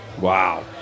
Wow